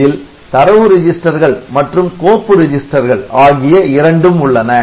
இதில் தரவு ரிஜிஸ்டர்கள் மற்றும் கோப்பு ரிஜிஸ்டர்கள் ஆகிய இரண்டும் உள்ளன